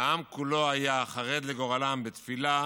והעם כולו היה חרד לגורלם בתפילה,